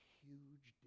huge